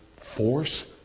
force